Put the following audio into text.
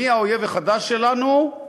מי האויב החדש שלנו?